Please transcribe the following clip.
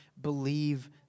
believe